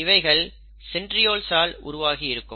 இவைகள் சென்ட்ரியோல்ஸ் ஆல் உருவாகியிருக்கும்